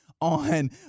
on